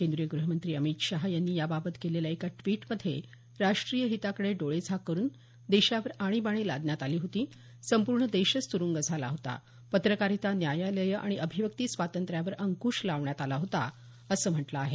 केंद्रीय ग्रहमंत्री अमित शहा यांनी याबाबत केलेल्या एका ड्विटमध्ये राष्टीय हिताकडे डोळेझाक करून देशावर आणीबाणी लादण्यात आली होती संपूर्ण देशच तुरुंग झाला होता पत्रकारिता न्यायालयं आणि अभिव्यक्ती स्वातंत्र्यांवर अंकुश लावण्यात आला होता असं म्हटलं आहे